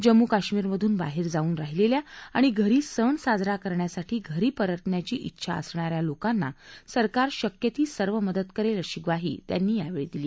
जम्मू कश्मीरमधून बाहर जाऊन राहिलब्बा आणि सण साजरा करण्यासाठी घरी परतण्याची डेछा असणाऱ्या लोकांना सरकार शक्य ती सर्व मदत करल् अशी ग्वाही त्यांनी दिली